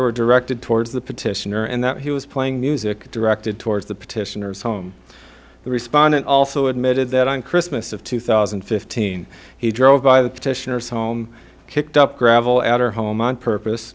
were directed towards the petitioner and that he was playing music directed towards the petitioners home the respondent also admitted that on christmas of two thousand and fifteen he drove by the petitioners home kicked up gravel at her home on purpose